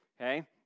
okay